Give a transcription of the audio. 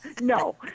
No